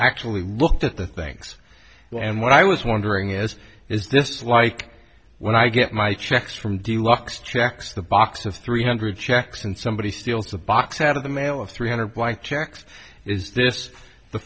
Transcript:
actually looked at the things well and what i was wondering is is this like when i get my checks from de luxe checks the box of three hundred checks and somebody steals a box out of the mail of three hundred blank checks is this the